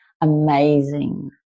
amazing